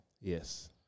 yes